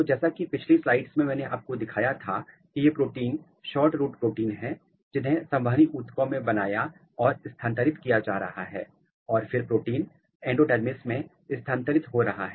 तो जैसा कि पिछली स्लाइड में मैंने आपको दिखाया था कि ये प्रोटीन शॉर्ट रूट प्रोटीन हैं जिन्हें संवहनी ऊतकों में बनाया और स्थानांतरित किया जा रहा है और फिर प्रोटीन एंडोडर्मिस में स्थानांतरित हो रहा है